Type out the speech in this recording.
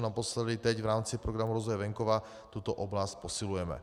Naposledy teď, v rámci Programu rozvoje venkova, tuto oblast posilujeme.